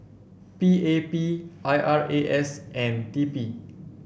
P A P I R A S and T P